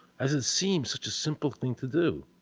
as it seems such a simple thing to do.